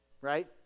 right